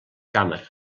càmera